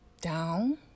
down